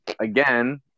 again